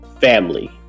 family